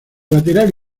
lateral